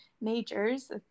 majors